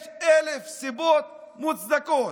יש אלף סיבות מוצדקות.